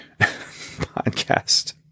podcast